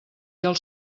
els